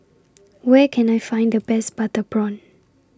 Where Can I Find The Best Butter Prawn